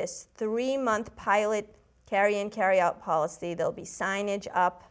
this three month pilot carrying carry out policy they'll be signage up